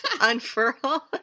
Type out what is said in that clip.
unfurl